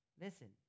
Listen